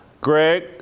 Greg